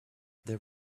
there